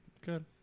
Good